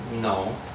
No